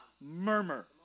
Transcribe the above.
murmur